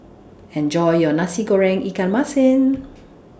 Enjoy your Nasi Goreng Ikan Masin